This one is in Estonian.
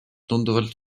tunduvalt